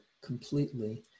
completely